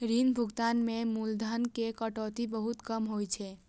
ऋण भुगतान मे मूलधन के कटौती बहुत कम होइ छै